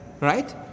Right